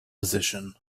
position